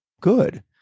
good